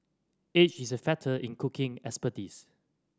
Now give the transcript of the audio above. age is a factor in cooking expertise